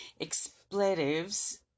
expletives